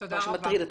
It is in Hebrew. מה שמטריד אתכם.